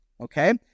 Okay